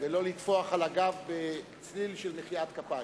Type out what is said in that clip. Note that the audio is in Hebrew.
ולא לטפוח על הגב בצליל של מחיאות כפיים.